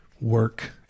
work